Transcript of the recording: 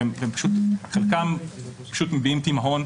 חלקם פשוט מביעים תימהון,